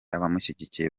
abamushyigikiye